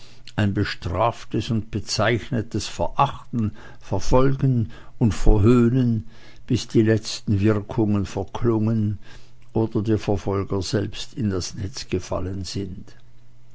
ein bestraftes und bezeichnetes verachten verfolgen und verhöhnen bis die letzten wirkungen verklungen oder die verfolger selbst in das netz gefallen sind